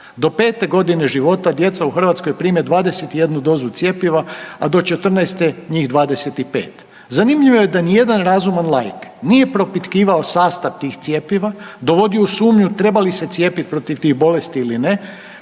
Do 5. godine života djeca u Hrvatskoj prime 21 dozu cjepiva, a do 14. njih 25. Zanimljivo je da nijedan razuman laik nije propitkivao sastav tih cjepiva, dovodio u sumnju treba li se cijepiti protiv tih bolesti ili ne,